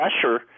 pressure